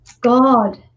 God